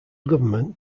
government